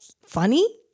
funny